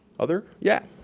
other? yeah?